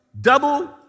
Double